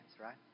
right